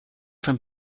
from